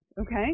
Okay